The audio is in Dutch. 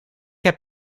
heb